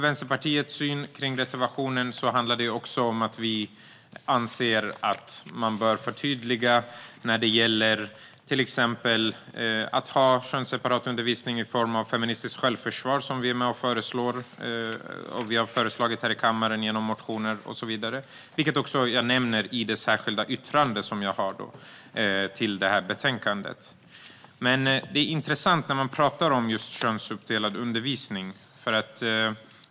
Vänsterpartiets reservation handlar om att vi anser att man bör förtydliga när det gäller könsseparat undervisning i till exempel feministiskt självförsvar, vilket vi har föreslagit här i kammaren genom motioner och så vidare. Jag nämner detta i mitt särskilda yttrande i betänkandet. Det är intressant när man pratar om könsuppdelad undervisning.